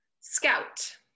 Scout